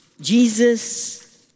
Jesus